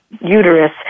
uterus